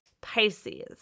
Pisces